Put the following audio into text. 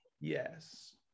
Yes